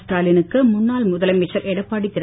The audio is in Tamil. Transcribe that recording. ஸ்டாலினுக்கு முன்னாள் முதலமைச்சர் எடப்பாடி திரு